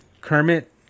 Kermit